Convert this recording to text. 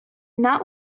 not